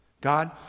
God